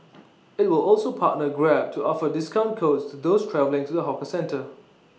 IT will also partner grab to offer discount codes to those travelling to the hawker centre